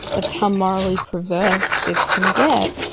that's how morally perverse this can get,